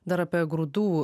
dar apie grūdų